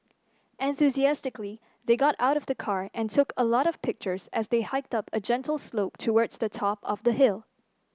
enthusiastically they got out of the car and took a lot of pictures as they hiked up a gentle slope towards the top of the hill